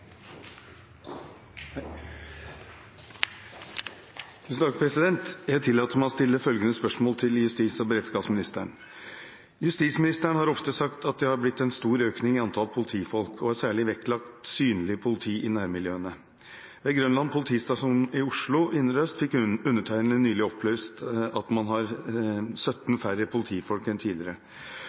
og beredskapsministeren har ofte sagt at det har blitt en stor økning i antall politifolk, og har særlig vektlagt synlig politi i nærmiljøene. Ved Grønland politistasjon i Oslo indre øst fikk undertegnede nylig opplyst at man har 17 færre politifolk enn tidligere.